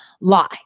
lie